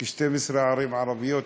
כי ישנן 12 ערים ערביות,